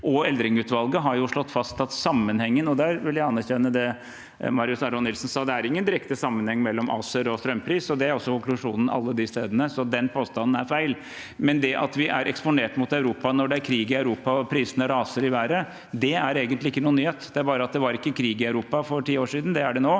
Eldring-utvalget, har slått fast sammenhengen. Jeg vil anerkjenne det Marius Arion Nilsen sa, at det er ingen direkte sammenheng mellom ACER og strømpris. Det er også konklusjonen til alle de ovennevnte, så den påstanden er feil. Likevel: Det at vi er eksponert mot Europa når det er krig i Europa og prisene raser i været, er egentlig ikke noen nyhet, det er bare at det ikke var krig i Europa for ti år siden. Det er det nå,